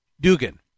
Dugan